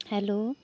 hello